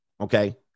Okay